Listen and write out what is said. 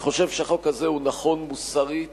אני חושב שהחוק הזה הוא נכון מוסרית,